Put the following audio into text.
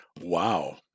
wow